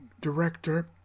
director